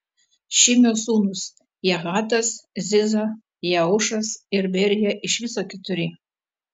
šimio sūnūs jahatas ziza jeušas ir berija iš viso keturi